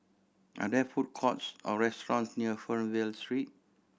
are there food courts or restaurants near Fernvale Street